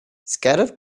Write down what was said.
scattered